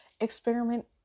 Experiment